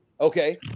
Okay